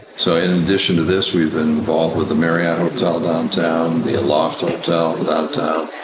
so in addition to this, we've been involved with the marriott hotel downtown, the aloft hotel donwtown,